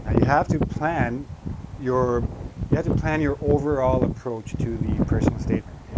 ah you have to plan your you have to plan your overall approach to the personal statement.